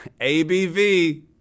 ABV